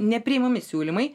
nepriimami siūlymai